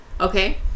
Okay